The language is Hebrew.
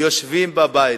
יושבים בבית.